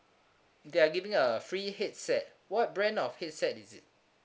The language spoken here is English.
they're giving a free headset what brand of headset is it